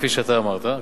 כפי שאתה אמרת,